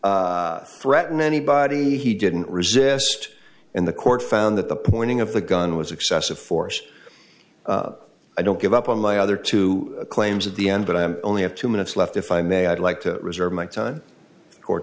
way threaten anybody he didn't resist in the court found that the pointing of the gun was excessive force i don't give up on my other two claims at the end but i am only have two minutes left if i may i'd like to reserve my time or